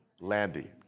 Landy